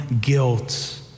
guilt